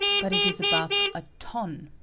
but it is above a ton.